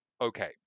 okay